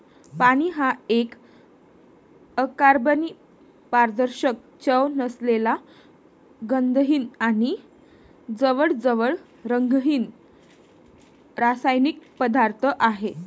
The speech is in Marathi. पाणी हा एक अकार्बनी, पारदर्शक, चव नसलेला, गंधहीन आणि जवळजवळ रंगहीन रासायनिक पदार्थ आहे